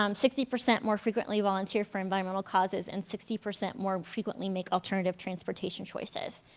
um sixty percent more frequently volunteer for environmental causes and sixty percent more frequently make alternative transportation choices.